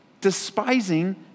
despising